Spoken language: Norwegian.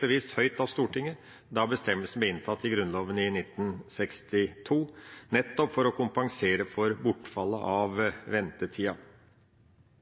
bevisst satt høyt av Stortinget da bestemmelsen ble inntatt i Grunnloven i 1962, nettopp for å kompensere for bortfallet av ventetida.